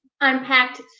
unpacked